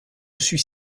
suis